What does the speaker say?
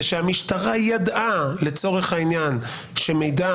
זה שהמשטרה ידעה לצורך העניין שמידע